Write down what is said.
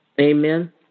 Amen